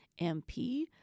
MP